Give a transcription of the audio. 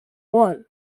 one